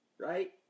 Right